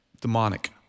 demonic